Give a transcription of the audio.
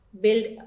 build